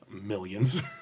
millions